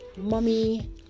Mummy